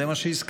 זה מה שהזכרתי,